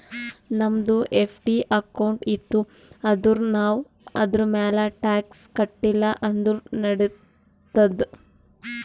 ನಮ್ದು FD account ಇತ್ತು ಅಂದುರ್ ನಾವ್ ಅದುರ್ಮ್ಯಾಲ್ ಟ್ಯಾಕ್ಸ್ ಕಟ್ಟಿಲ ಅಂದುರ್ ನಡಿತ್ತಾದ್